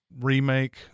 remake